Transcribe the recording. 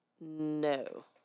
No